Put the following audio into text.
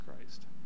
Christ